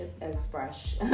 express